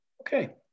Okay